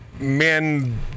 Men